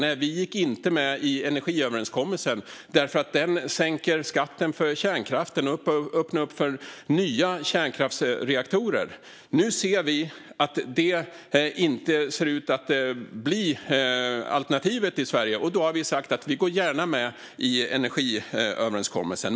Nej, vi gick inte med i energiöverenskommelsen, eftersom den sänker skatten för kärnkraften och öppnar upp för nya kärnkraftsreaktorer. Nu ser vi att just det inte ser ut att vara ett alternativ i Sverige, och därför har vi sagt att vi gärna går med i energiöverenskommelsen.